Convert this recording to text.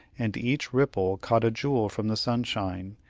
and each ripple caught a jewel from the sunshine,